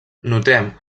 notem